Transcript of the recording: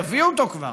תביאו אותו כבר.